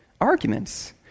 arguments